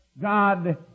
God